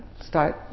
start